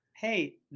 Hey